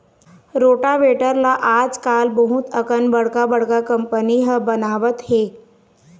rotavator ल आजकाल बहुत अकन बड़का बड़का कंपनी ह बनावत हे